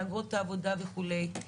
מהגרות העבודה וכולי.